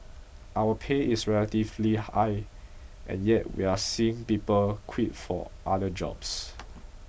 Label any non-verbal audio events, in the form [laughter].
our pay is relatively high and yet we're seeing people quit for other jobs [noise]